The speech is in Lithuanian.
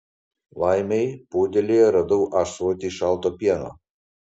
laimei podėlyje radau ąsotį šalto pieno